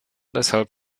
deshalb